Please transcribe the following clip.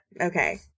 okay